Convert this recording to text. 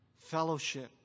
fellowship